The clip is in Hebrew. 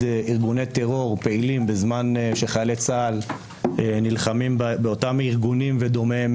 ארגוני טרור פעילים בזמן שחיילי צה"ל נלחמים באותם ארגונים ודומיהם,